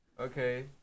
Okay